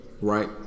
right